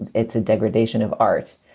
and it's a degradation of art,